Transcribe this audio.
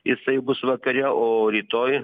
jisai bus vakare o rytoj